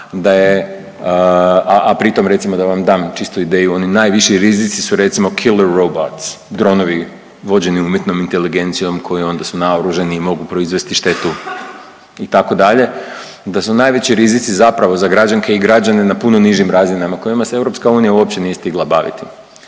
a pritom recimo da vam dam čistu ideju oni najviši rizici su recimo killer robots, dronovi vođeni umjetnom inteligencijom koji onda su naoružani i mogu proizvesti štetu itd., da su najveći rizici zapravo za građanke i građane zapravo na puno nižim razinama kojima se EU uopće nije stigla baviti.